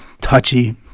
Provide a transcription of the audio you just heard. touchy